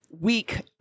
week